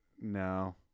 No